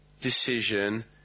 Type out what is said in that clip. decision